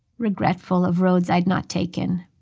regretful of roads i'd not taken,